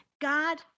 God